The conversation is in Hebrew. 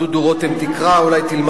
גם אני קראתי אותו, הוא לא ציוני.